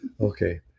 Okay